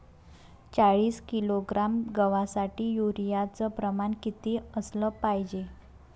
चाळीस किलोग्रॅम गवासाठी यूरिया च प्रमान किती असलं पायजे?